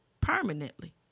permanently